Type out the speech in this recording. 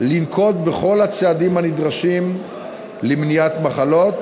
ולנקוט את כל הצעדים הנדרשים למניעת מחלות,